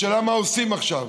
השאלה, מה עושים עכשיו.